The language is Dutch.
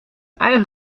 eigen